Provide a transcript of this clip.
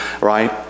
right